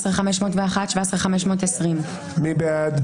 17,141 עד 17,160. מי בעד?